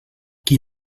qui